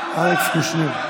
כן, אלכס קושניר.